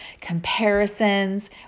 comparisons